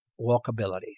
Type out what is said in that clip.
walkability